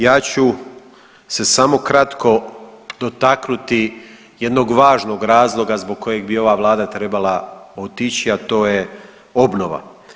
Ja ću se samo kratko dotaknuti jednog važnog razloga zbog kojeg bi ova vlada trebala otići, a to je obnova.